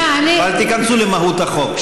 ואל תיכנסו למהות החוק.